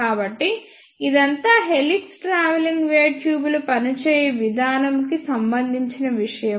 కాబట్టి ఇదంతా helix travelling wave tube లు పని చేయు విధానము కి సంబంధించిన విషయము